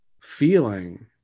feeling